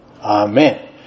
Amen